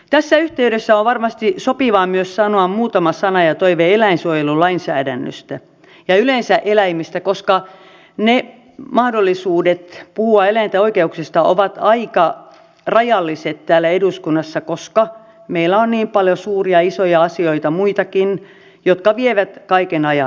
tässä yhteydessä on varmasti sopivaa myös sanoa muutama sana ja toive eläinsuojelulainsäädännöstä ja yleensä eläimistä koska mahdollisuudet puhua eläinten oikeuksista ovat aika rajalliset täällä eduskunnassa koska meillä on niin paljon suuria ja isoja asioita muitakin jotka vievät kaiken ajan